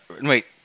Wait